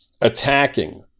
attacking